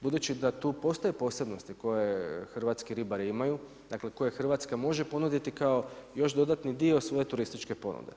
Budući da tu postoje posebnosti koje hrvatski ribari imaju, dakle koje Hrvatska može ponuditi kao još dodatni dio svoje turističke ponude.